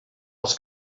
els